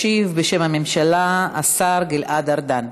ישיב בשם הממשלה השר גלעד ארדן.